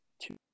two